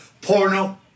porno